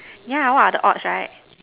yeah what are the odds right